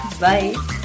Bye